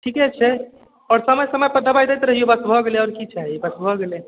ठीके छै आओर समय समयपर दवाइ दैत रहिऔ भऽ गेलै आओर कि चाही बस भऽ गेलै